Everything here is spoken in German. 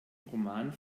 roman